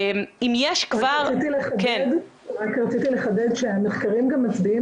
אם יש כבר --- רציתי לחדד שהמחקרים גם מצביעים